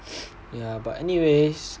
yeah but anyways